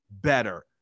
better